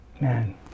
man